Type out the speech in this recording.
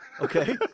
Okay